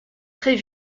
très